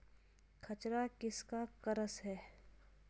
खच्चर किसका क्रास है?